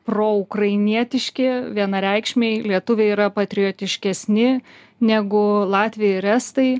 proukrainietiški vienareikšmiai lietuviai yra patriotiškesni negu latviai ir estai